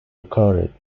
recorded